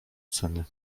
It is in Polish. ceny